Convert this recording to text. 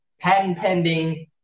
patent-pending